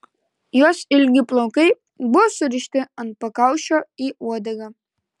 jos ilgi plaukai buvo surišti ant pakaušio į uodegą